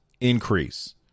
increase